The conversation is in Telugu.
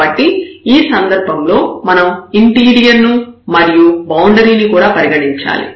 కాబట్టి ఈ సందర్భంలో మనం ఇంటీరియర్ ను మరియు బౌండరీ ని కూడా పరిగణించాలి